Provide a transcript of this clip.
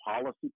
policy